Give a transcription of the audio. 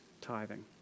tithing